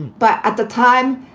but at the time,